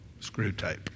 Screwtape